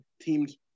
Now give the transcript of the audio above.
teams